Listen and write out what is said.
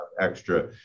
extra